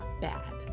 bad